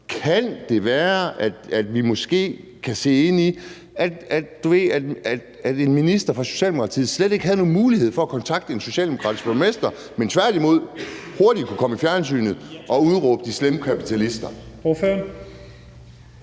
Kan det være, at vi måske kan se ind i, at en minister fra Socialdemokratiet slet ikke havde nogen mulighed for at kontakte en socialdemokratisk borgmester, men tværtimod hurtigt kunne komme i fjernsynet og sige, at det er de slemme kapitalister?